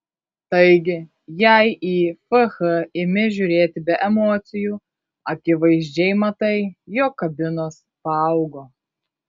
taigi jei į fh imi žiūrėti be emocijų akivaizdžiai matai jog kabinos paaugo